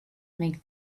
make